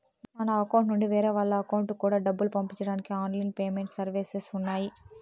మన అకౌంట్ నుండి వేరే వాళ్ళ అకౌంట్ కూడా డబ్బులు పంపించడానికి ఆన్ లైన్ పేమెంట్ సర్వీసెస్ ఉన్నాయి